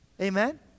Amen